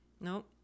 No